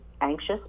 anxious